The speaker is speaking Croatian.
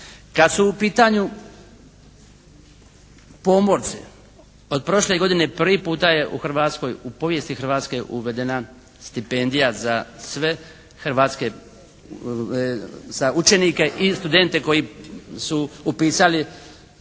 Kad su u pitanju pomorci od prošle godine prvi puta je u Hrvatskoj, u povijesti Hrvatske uvedena stipendija za sve hrvatske, za učenike i studente koji su upisali